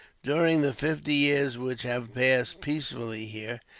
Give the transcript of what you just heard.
during the fifty years which have passed peacefully here,